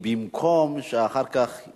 במקום שאחר כך הם